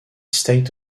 states